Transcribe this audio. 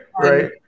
right